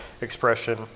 expression